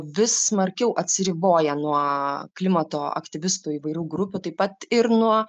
vis smarkiau atsiriboja nuo klimato aktyvistų įvairių grupių taip pat ir nuo